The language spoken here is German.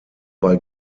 bei